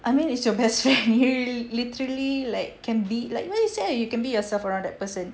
I mean it's your best friend you literally like can be like what you say you can be yourself around that person